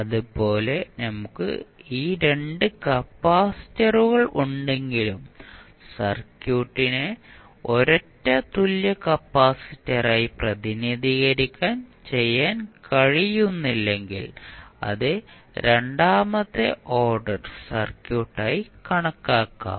അതുപോലെ നമുക്ക് ഈ 2 കപ്പാസിറ്ററുകൾ ഉണ്ടെങ്കിലും സർക്യൂട്ടിന്റെ ഒരൊറ്റ തുല്യ കപ്പാസിറ്ററായി പ്രതിനിധീകരിക്കാൻ ചെയ്യാൻ കഴിയുന്നില്ലെങ്കിൽ അത് രണ്ടാമത്തെ ഓർഡർ സർക്യൂട്ടായി കണക്കാക്കും